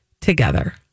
together